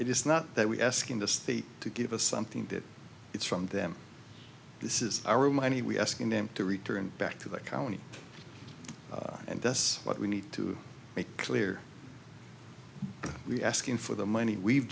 is not that we asking the state to give us something that is from them this is our money we asking them to return back to the county and that's what we need to make clear we're asking for the money we've